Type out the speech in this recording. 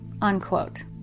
unquote